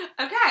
okay